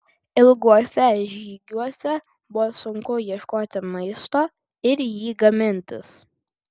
ilguose žygiuose buvo sunku ieškoti maisto ir jį gamintis